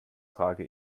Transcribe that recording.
trage